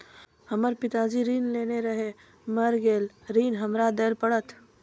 हमर पिताजी ऋण लेने रहे मेर गेल ऋण हमरा देल पड़त?